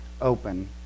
open